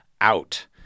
out